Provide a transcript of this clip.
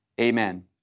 Amen